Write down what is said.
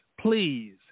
please